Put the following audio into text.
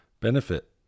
benefit